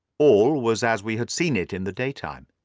all was as we had seen it in the daytime.